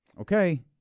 Okay